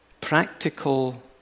practical